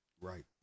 right